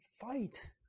fight